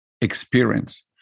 experience